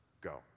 go